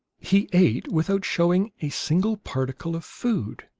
he ate without showing a single particle of food,